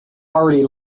already